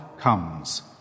comes